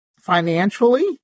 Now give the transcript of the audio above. financially